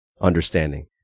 understanding